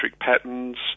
patterns